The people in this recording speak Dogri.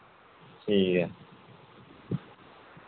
ठीक ऐ